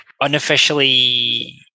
unofficially